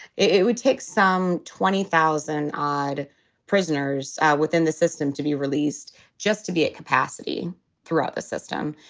it would take some twenty thousand odd prisoners within the system to be released just to be at capacity throughout the system.